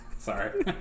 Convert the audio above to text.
Sorry